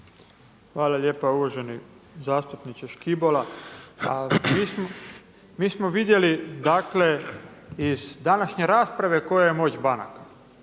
Hvala lijepa uvaženi zastupniče Škibola. Mi smo vidjeli, dakle iz današnje rasprave koja je moć banaka.